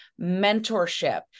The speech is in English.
mentorship